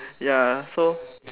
ya so